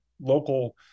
local